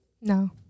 No